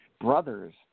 brothers